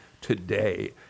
today